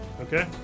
Okay